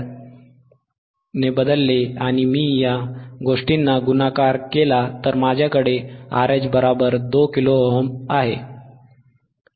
1µF ने बदलले आणि मी या गोष्टींनी गुणाकार केला तर माझ्याकडे RH 2 किलो ओम्स 2kΩ आहे